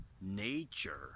Nature